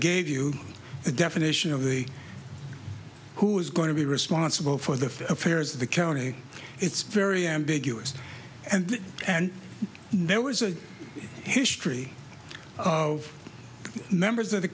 gave you the definition of the who is going to be responsible for the affairs of the county it's very ambiguous and and there was a history of members of the